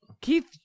Keith